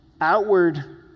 outward